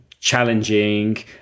challenging